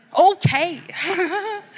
Okay